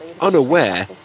unaware